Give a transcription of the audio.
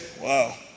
wow